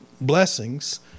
blessings